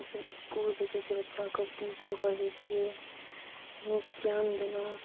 हमसब इसकुल भेजै छियै बच्चाके ट्यूशन पढ़बै छियै नीक ज्ञान देलहुॅं